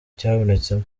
cyabonetsemo